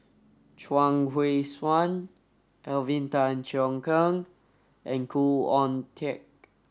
Chuang Hui Tsuan Alvin Tan Cheong Kheng and Khoo Oon Teik